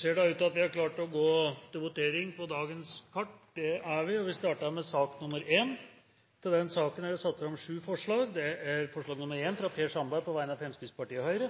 ser det ut til at Stortinget er klar til å gå til votering over sakene på dagens kart. Under debatten er det satt fram i alt sju forslag. Det er forslag nr. 1, fra Per Sandberg på vegne av Fremskrittspartiet og Høyre